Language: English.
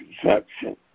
perception